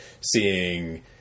seeing